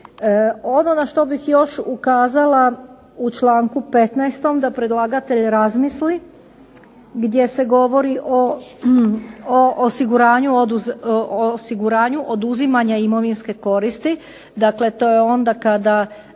Ono na što bih još ukazala u članku 15. da predlagatelj razmisli gdje se govori o osiguranju oduzimanja imovinske koristi. Dakle, to je onda kada